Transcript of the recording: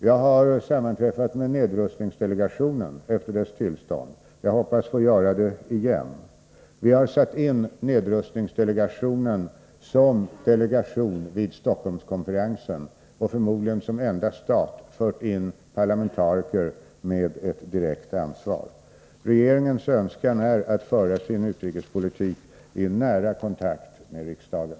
Jag har sammanträffat med nedrustningsdelegationen efter dess tillstånd, och jag hoppas få göra det igen. Vi har satt in nedrustningsdelegationen som delegation vid Stockholmskonferensen och, förmodligen som enda stat, givit parlamentariker ett direkt förhandlingsansvar. Regeringens önskan är således att föra sin utrikespolitik i nära kontakt med riksdagen.